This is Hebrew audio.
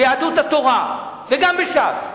ביהדות התורה וגם בש"ס,